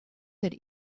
that